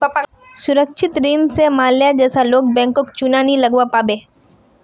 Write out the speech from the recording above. सुरक्षित ऋण स माल्या जैसा लोग बैंकक चुना नी लगव्वा पाबे